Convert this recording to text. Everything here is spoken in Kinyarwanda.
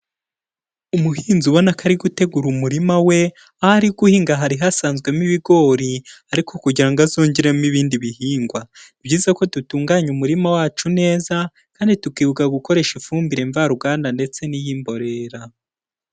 Umuhinzi ubona ko ari gutegura umurima we, aho ari guhinga hari hasanzwemo ibigori ariko kugira azongeremo ibindi bihingwa, ni byiza ko dutunganya umurima wacu neza kandi tukibuka gukoresha ifumbire mvaruganda ndetse n'iy'imborera.